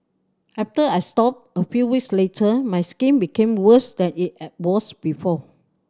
after I stopped a few weeks later my skin became worse than it was before